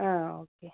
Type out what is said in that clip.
ആ ഓക്കെ